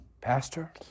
Pastor